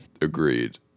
Agreed